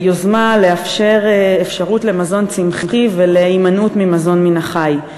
יוזמה של אפשרות למזון צמחי והימנעות ממזון מן החי.